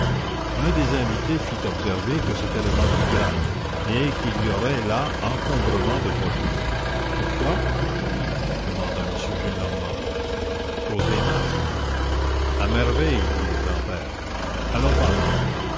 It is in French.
un des invités fit observer que c'était le mardi gras et qu'il y aurait là encombrement de voitures pourquoi demanda m gillenormand à cause des masques à merveille dit le grand-père allons par là